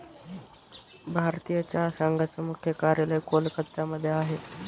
भारतीय चहा संघाचे मुख्य कार्यालय कोलकत्ता मध्ये आहे